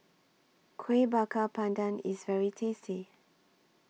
Kueh Bakar Pandan IS very tasty